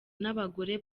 n’abagore